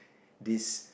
this